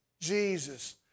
Jesus